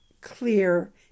clear